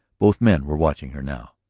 both men were watching her now,